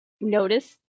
notice